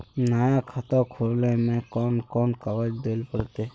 नया खाता खोले में कौन कौन कागज देल पड़ते?